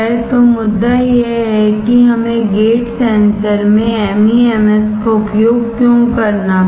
तो मुद्दा यह है कि हमें गेट सेंसर में एमईएमएस का उपयोग क्यों करना पड़ा